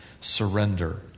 surrender